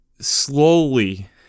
slowly